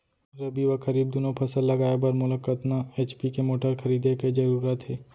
रबि व खरीफ दुनो फसल लगाए बर मोला कतना एच.पी के मोटर खरीदे के जरूरत हे?